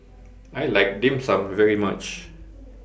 I like Dim Sum very much